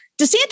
DeSantis